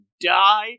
die